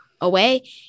away